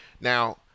now